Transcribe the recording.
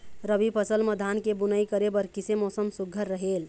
रबी फसल म धान के बुनई करे बर किसे मौसम सुघ्घर रहेल?